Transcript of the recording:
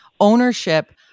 ownership